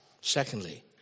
Secondly